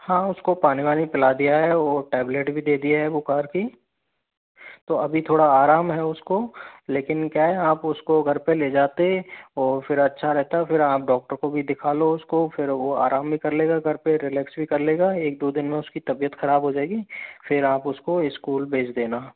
हाँ उसको पानी वानी पिला दिया है वो टैबलेट भी दे दिया है बुखार की तो अभी थोड़ा आराम है उसको लेकिन क्या है आप उसको घर पे ले जाते और फिर अच्छा रहता है फिर आप डॉक्टर को भी दिखा लो उसको फिर वो आराम भी कर लेगा घर पे रिलेट भी कर लेगा एक दो दिन में उसकी तबियत खराब हो जाएगी फिर आप उसको स्कूल भेज देना